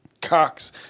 cocks